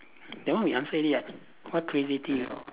that one we answer already [what] what crazy thing you